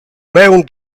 maun